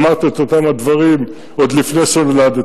אמרתי את אותם הדברים עוד לפני שנולדת,